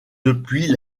depuis